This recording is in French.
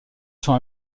sont